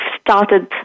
started